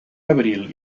abril